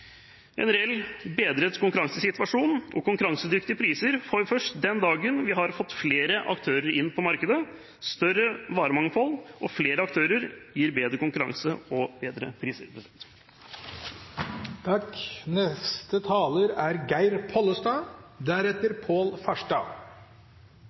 En reell bedret konkurransesituasjon og konkurransedyktige priser får vi først den dagen vi har fått flere aktører inn på markedet. Større varemangfold og flere aktører gir bedre konkurranse og bedre priser. Dette handler om to forhold. Det ene er